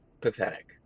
pathetic